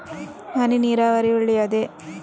ಹನಿ ನೀರಾವರಿ ಒಳ್ಳೆಯದೇ?